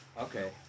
okay